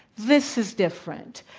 this is different.